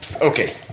okay